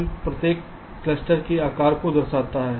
m प्रत्येक cluster के आकार को दर्शाता है